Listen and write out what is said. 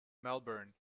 melbourne